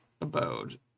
abode